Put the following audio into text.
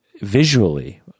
visually